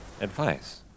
Advice